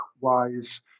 wise